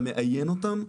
אתה מאיין אותם.